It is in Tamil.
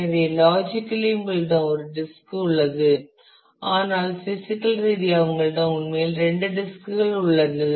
எனவே லாஜிக்கலி உங்களிடம் ஒரு டிஸ்க் உள்ளது ஆனால் பிசிக்கல் ரீதியாக உங்களிடம் உண்மையில் இரண்டு டிஸ்க் கள் உள்ளது